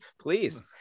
Please